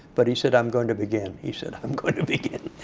but he said, i'm going to begin. he said, i'm going to begin.